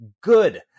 good